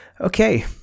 Okay